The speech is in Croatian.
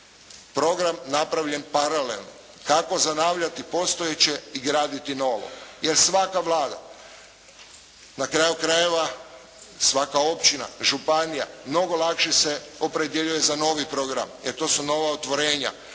program napravljen paralelno kako zanavljati postojeće i graditi novo, jer svaka Vlada, na kraju krajeva svaka općina, županija mnogo lakše se opredjeljuje za novi program jer to su nova otvorenja,